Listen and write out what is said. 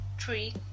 three